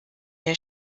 der